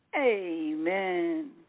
Amen